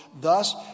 Thus